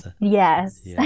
Yes